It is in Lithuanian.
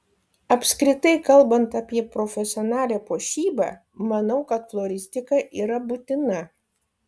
apskritai kalbant apie profesionalią puošybą manau kad floristika yra būtina